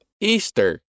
Easter